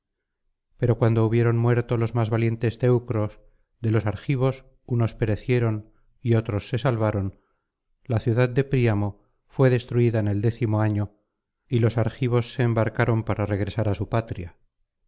pero cuando hubieron muerto los más valientes teucros de los argivos unos perecieron y otros se salvaron la ciudad de príamo fué destruida en el décimo año y los argivos se embarcaron para regresar á su patria